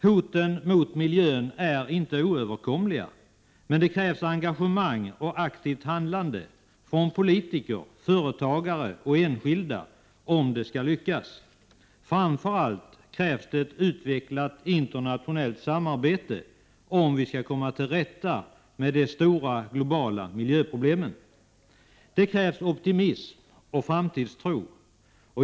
Hoten mot miljön är inte oöverkomliga. Men det krävs engagemang och aktivt handlande från politiker, företagare och enskilda om det skall lyckas. Framför allt krävs det ett utvecklat internationellt samarbete om vi skall komma till rätta med de stora globala miljöproblemen. Det krävs också optimism och framtidstro.